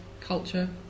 culture